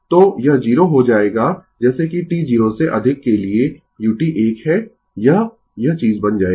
तो यह 0 हो जाएगा जैसे कि t 0 से अधिक के लिए u 1 है यह यह चीज बन जाएगा